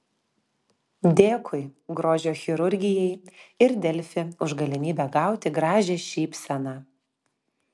dėkui grožio chirurgijai ir delfi už galimybę gauti gražią šypseną